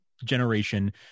Generation